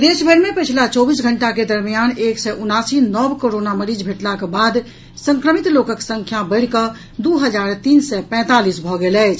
प्रदेश भरि मे पछिला चौबीस घंटा के दरमियान एक सय उनासी नव कोरोना मरीज भेंटलाक बाद संक्रमित लोकक संख्या बढ़ि कऽ दू हजार तीन सय पैंतालीस भऽ गेल अछि